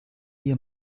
dir